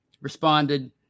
responded